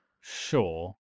Sure